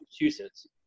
Massachusetts